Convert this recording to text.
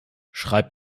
schreib